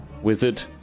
wizard